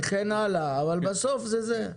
וכן הלאה אבל בסוף זה זה.